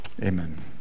Amen